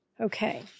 Okay